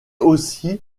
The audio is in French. aussi